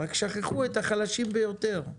רק שכחו את החלשים ביותר,